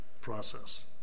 process